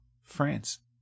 France